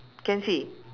can see